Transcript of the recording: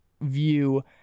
view